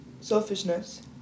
selfishness